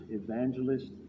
evangelist